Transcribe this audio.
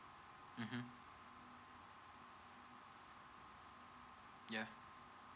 mmhmm ya